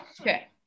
Okay